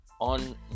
On